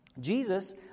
jesus